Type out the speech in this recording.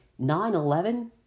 9-11